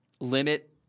limit